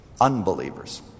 unbelievers